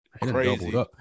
Crazy